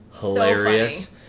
hilarious